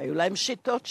היו שיטות שונות,